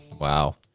wow